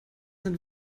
sind